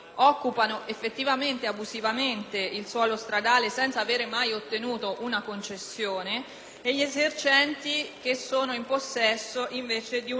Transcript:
e gli esercenti che sono in possesso, invece, di una concessione ma non ottemperano alle prescrizioni, travalicando i confini degli spazi assegnati.